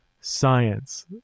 science